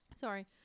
Sorry